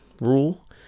rule